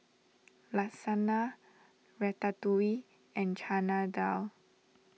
Lasagna Ratatouille and Chana Dal